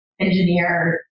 engineer